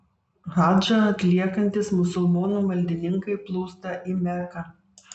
hadžą atliekantys musulmonų maldininkai plūsta į meką